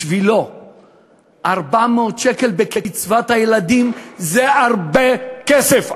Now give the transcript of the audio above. בשבילו 400 שקל בקצבת הילדים זה הרבה כסף,